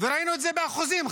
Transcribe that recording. וראינו את זה באחוזים,